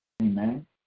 Amen